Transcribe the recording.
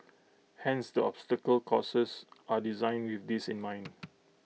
hence the obstacle courses are designed with this in mind